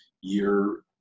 year